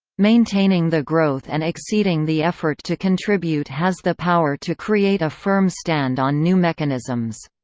maintaining the growth and exceeding the effort to contribute has the power to create a firm stand on new mechanisms.